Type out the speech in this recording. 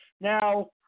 Now